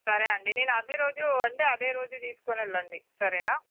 సరే అండి నేను అదే రోజు రండి అదే రోజు తీసుకుని వెళ్ళండి సరేనా